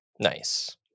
Nice